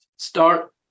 Start